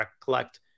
collect